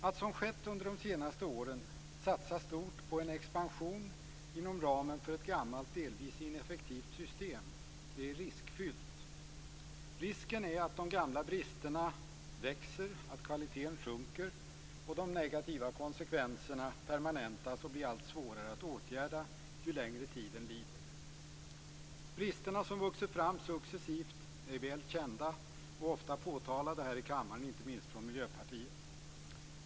Att som skett under de senaste åren satsa stort på en expansion inom ramen för ett gammalt, delvis ineffektivt system är riskfyllt. Risken är att de gamla bristerna växer, att kvaliteten sjunker och att de negativa konsekvenserna permanentas och blir allt svårare att åtgärda ju längre tiden lider. Bristerna, som vuxit fram successivt, är välkända och ofta påtalade här i kammaren, inte minst från Miljöpartiet.